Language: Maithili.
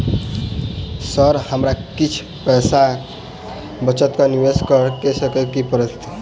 सर हमरा किछ पैसा बचा कऽ निवेश करऽ केँ छैय की करऽ परतै?